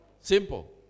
Simple